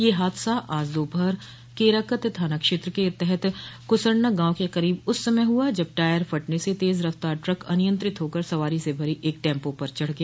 यह हादसा आज दोपहर केराकत थाना क्षेत्र के तहत कुसरना गांव के करीब उस समय हुआ जब टायर फटने से तेज़ रफ़्तार ट्रक अनियंत्रित होकर सवारी से भरी एक टैम्पो पर चढ़ गया